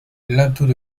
linteaux